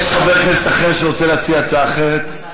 אז אני רוצה להעביר את זה לוועדה.